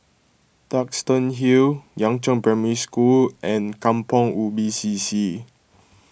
Duxton Hill Yangzheng Primary School and Kampong Ubi C C